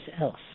else